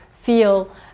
feel